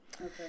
Okay